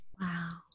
Wow